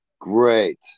great